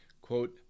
Quote